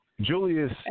Julius